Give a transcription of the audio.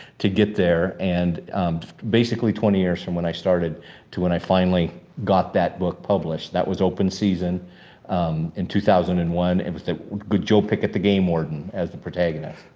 to get there. and basically twenty years from when i started to when i finally got that book published. that was open season in two thousand and one. it was the good joe pickett, the game warden as the protagonist.